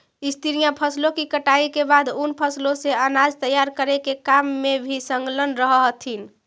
स्त्रियां फसलों की कटाई के बाद उन फसलों से अनाज तैयार करे के काम में भी संलग्न रह हथीन